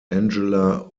angela